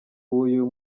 w’uyu